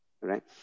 right